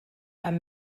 amb